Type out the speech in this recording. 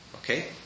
Okay